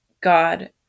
God